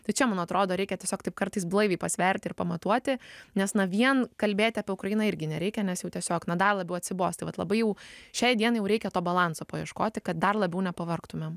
tai čia man atrodo reikia tiesiog taip kartais blaiviai pasverti ir pamatuoti nes vien kalbėti apie ukrainą irgi nereikia nes jau tiesiog na dar labiau atsibos tai vat labai jau šiai dienai jau reikia to balanso paieškoti kad dar labiau nepavargtumėm